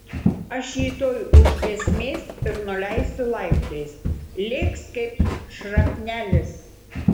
aš jį tuoj už giesmės ir nuleisiu laiptais lėks kaip šrapnelis